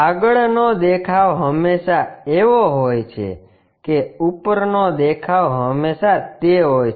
આગળનો દેખાવ હંમેશાં એવો હોય છે કે ઉપરનો દેખાવ હંમેશાં તે હોય છે